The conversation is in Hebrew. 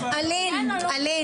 אלין, אלין.